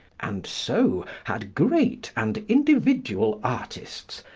and so had great and individual artists,